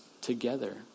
together